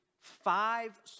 five